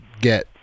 get